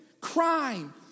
crime